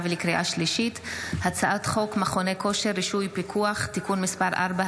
הצעת חוק מכוני כושר (רישוי ופיקוח) (תיקון מס' 4),